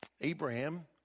Abraham